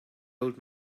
old